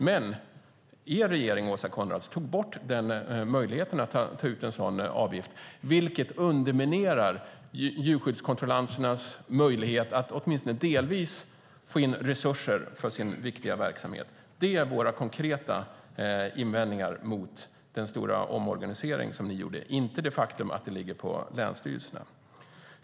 Men er regering, Åsa Coenraads, tog bort möjligheten att ta ut en sådan avgift, vilket underminerar djurskyddskontrollanternas möjlighet att åtminstone delvis få in resurser för sin viktiga verksamhet. Det är våra konkreta invändningar mot den stora omorganisering som ni gjorde, inte det faktum att ansvaret ligger på länsstyrelserna.